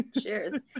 Cheers